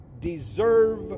deserve